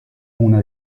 una